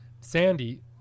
sandy